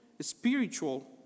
spiritual